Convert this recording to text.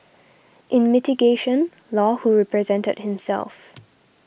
in mitigation Law who represented himself